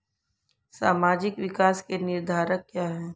सामाजिक विकास के निर्धारक क्या है?